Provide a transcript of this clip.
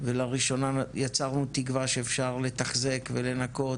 ולראשונה יצרנו תקווה שאפשר לתחזק ולנקות